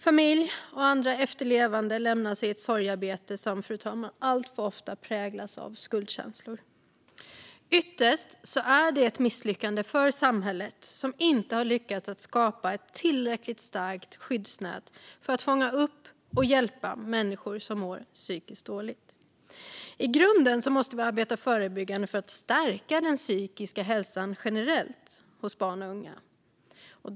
Familj och andra efterlevande lämnas i ett sorgearbete som alltför ofta präglas av skuldkänslor. Ytterst är det ett misslyckande för samhället, som inte har lyckats skapa ett tillräckligt starkt skyddsnät för att fånga upp och hjälpa människor som mår psykiskt dåligt. I grunden måste vi arbeta förebyggande för att stärka den psykiska hälsan bland barn och unga generellt.